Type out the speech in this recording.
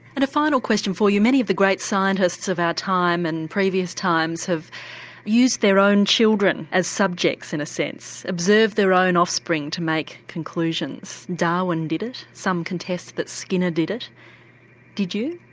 and a final question for you. many of the great scientists of our time and previous times have used their own children as subjects in a sense, observed their own offspring to make conclusions. darwin did it, some contest that skinner did it did you?